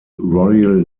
royal